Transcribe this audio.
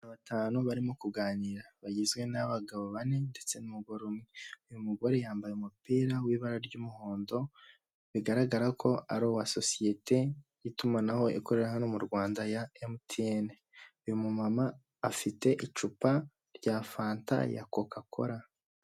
Umuhanda w'umukara aho uganisha ku bitaro byitwa Sehashiyibe, biri mu karere ka Huye, aho hahagaze umuntu uhagarika imodoka kugirango babanze basuzume icyo uje uhakora, hakaba hari imodoka nyinshi ziparitse.